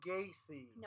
Gacy